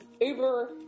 Uber